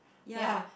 ya